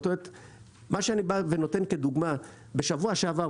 מה שאני בא ונותן כדוגמה: בשבוע שעבר,